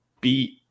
beat